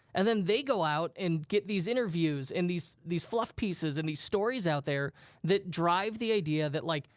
and then they go out and get these interviews and these these fluff pieces and these stories out there that drive the idea that like,